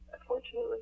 Unfortunately